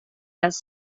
les